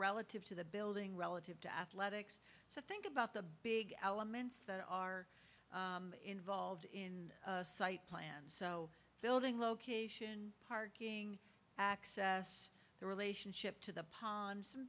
relative to the building relative to athletics so think about the big elements that are involved in site plan so building location parking access the relationship to the pond some